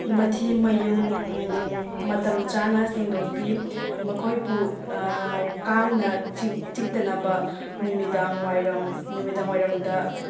ꯃꯊꯤ ꯃꯌꯨꯡ ꯃꯇꯝ ꯆꯥꯅ ꯁꯦꯡꯗꯣꯛꯄꯤ ꯃꯈꯣꯏꯕꯨ ꯀꯥꯡꯅ ꯆꯤꯛꯇꯥꯅꯕ ꯅꯨꯃꯤꯗꯥꯡ ꯋꯥꯏꯔꯝ ꯅꯨꯃꯤꯗꯥꯡ ꯋꯥꯏꯔꯝꯗ